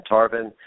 Tarvin